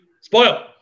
Spoil